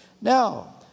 Now